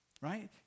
Right